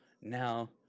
now